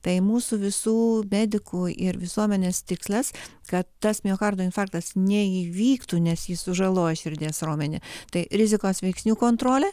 tai mūsų visų medikų ir visuomenės tikslas kad tas miokardo infarktas neįvyktų nes jis sužaloja širdies raumenį tai rizikos veiksnių kontrolė